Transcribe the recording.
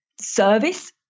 service